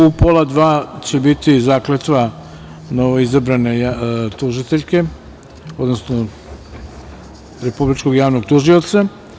U 13.30 časova će biti zakletva novoizabrane tužiteljke, odnosno Republičkog javnog tužioca.